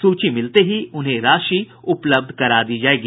सूची मिलते ही उन्हें राशि उपलब्ध करा दी जायेगी